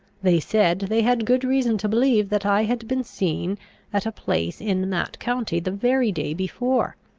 they said, they had good reason to believe that i had been seen at a place in that county the very day before.